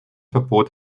verbot